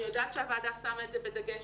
אני יודעת שהוועדה שמה את זה בדגש,